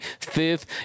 Fifth